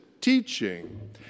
teaching